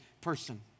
person